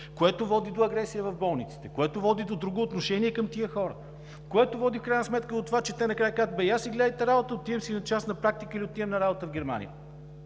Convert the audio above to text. което води до агресия в болниците, което води до друго отношение към тези хора, което води в крайна сметка до това, че те накрая казват: „Гледайте си работа! Отивам си на частна практика или отивам на работа в Германия.“